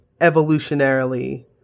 evolutionarily